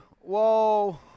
whoa